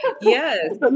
Yes